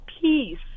peace